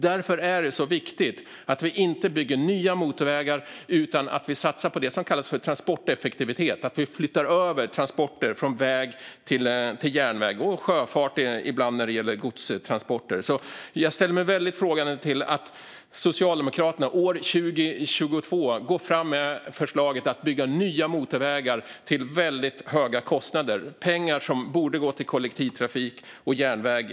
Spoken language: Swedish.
Därför är det så viktigt att vi inte bygger nya motorvägar utan satsar på det som kallas transporteffektivitet, alltså att man flyttar över transporter från väg till järnväg - och till sjöfart ibland, när det gäller godstransporter. Jag ställer mig alltså frågande till att Socialdemokraterna år 2022 går fram med förslaget att bygga nya motorvägar till väldigt höga kostnader. Det är pengar som i stället borde gå till kollektivtrafik och järnväg.